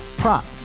prop